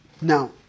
Now